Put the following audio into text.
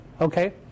Okay